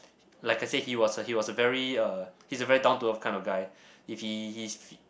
like I said he was a he was a very uh he's a very down to earth kind of guy if he he